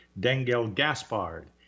Dengel-Gaspard